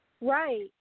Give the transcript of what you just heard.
Right